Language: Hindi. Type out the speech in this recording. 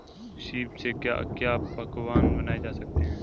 सीप से क्या क्या पकवान बनाए जा सकते हैं?